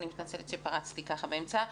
אני מתנצלת שהתפרצתי ככה באמצע.